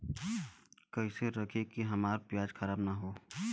कइसे रखी कि हमार प्याज खराब न हो?